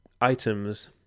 items